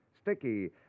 Sticky